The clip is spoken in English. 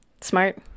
Smart